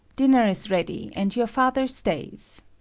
dinner is ready, and your father stays.